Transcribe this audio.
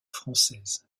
française